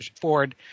Ford